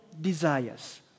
desires